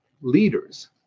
Leaders